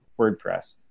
wordpress